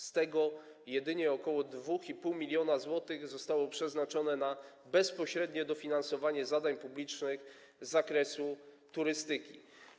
Z tego jedynie ok. 2,5 mln zł zostało przeznaczone na bezpośrednie dofinansowanie zadań publicznych z zakresu turystyki.